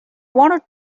want